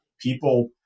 people